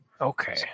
Okay